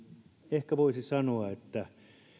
ehkä voisi sanoa että